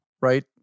right